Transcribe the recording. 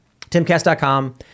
TimCast.com